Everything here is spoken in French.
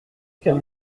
qu’elle